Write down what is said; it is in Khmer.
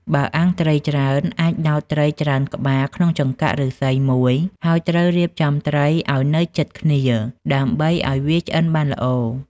បើអាំងត្រីច្រើន អាចដោតត្រីច្រើនក្បាលក្នុងចង្កាក់ឫស្សីមួយ ហើយត្រូវរៀបចំត្រីឲ្យនៅជិតគ្នា ដើម្បីឲ្យវាឆ្អិនបានល្អ។